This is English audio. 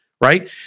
right